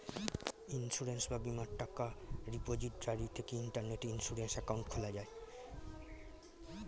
insurance বা বীমার টাকা রিপোজিটরি থেকে ইন্টারনেটে ইন্সুরেন্স অ্যাকাউন্ট খোলা যায়